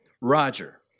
roger